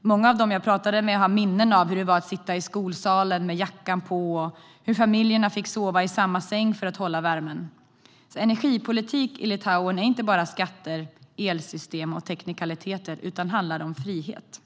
Många av dem som jag pratade med hade minnen av hur det var att sitta i skolsalen med jackan på och hur familjer fick sova i samma säng för att hålla värmen. Energipolitik i Litauen är inte bara skatter, elsystem och teknikaliteter utan handlar om frihet.